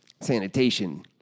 sanitation